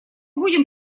будем